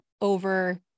over